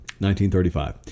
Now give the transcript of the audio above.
1935